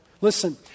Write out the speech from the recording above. Listen